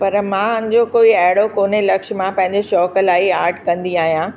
पर मुंहिंजो कोई अहिड़ो कोन्हे लक्ष्य मां पंहिंजे शौक़ु लाइ ई आर्ट कंदी आहियां